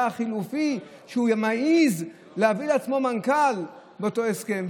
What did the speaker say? החלופי שהוא מעז להביא לעצמו מנכ"ל באותו הסכם.